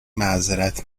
معذرت